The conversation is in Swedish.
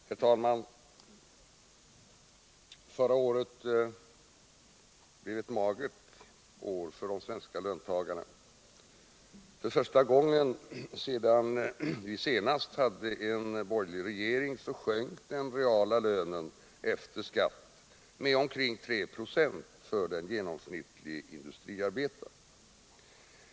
Herr talman! Förra året blev ett magert år för de svenska löntagarna. För första gången sedan vi senast hade en borgerlig regering sjönk den reala lönen efter skatt med omkring 3 26 för den genomsnittlige industriarbetaren.